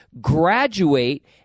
graduate